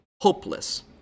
hopeless